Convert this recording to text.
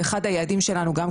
ואחד היעדים שלנו הוא גם,